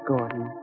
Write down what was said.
Gordon